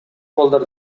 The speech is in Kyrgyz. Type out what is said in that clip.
балдар